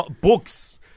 books